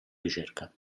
ricerca